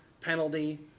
penalty